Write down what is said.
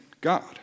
God